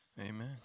Amen